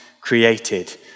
created